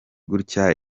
gutya